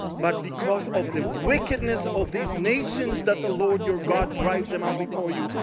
but because of the wickedness of these nations that the lord your god drives them out before you.